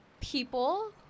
people